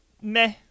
Meh